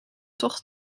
toch